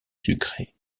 sucrée